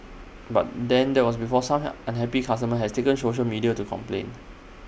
but then that was before some unhappy customers has taken social media to complain